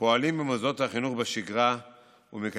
פועלים במוסדות החינוך בשגרה ומקיימים